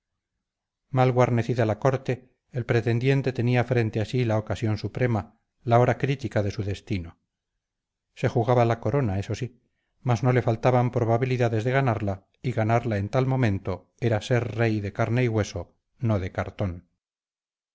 mal guarnecida la corte el pretendiente tenía frente a sí la ocasión suprema la hora crítica de su destino se jugaba la corona eso sí mas no le faltaban probabilidades de ganarla y ganarla en tal momento era ser rey de carne y hueso no de cartón